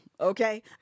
okay